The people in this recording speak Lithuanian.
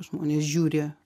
žmonės žiūri